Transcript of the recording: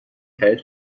خرید